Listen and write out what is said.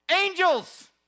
angels